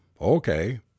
Okay